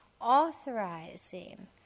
authorizing